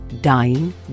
dying